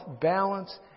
balance